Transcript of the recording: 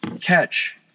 catch